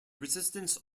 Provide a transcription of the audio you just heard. resistance